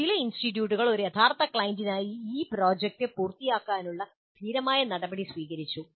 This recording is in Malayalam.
ചില ഇൻസ്റ്റിറ്റ്യൂട്ടുകൾ ഒരു യഥാർത്ഥ ക്ലയന്റിനായി ഈ പ്രോജക്റ്റ് പൂർത്തിയാക്കാനുള്ള ധീരമായ നടപടി സ്വീകരിച്ചു